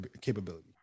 capability